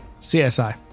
CSI